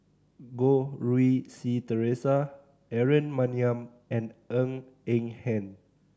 Goh Rui Si Theresa Aaron Maniam and Ng Eng Hen